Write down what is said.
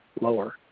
lower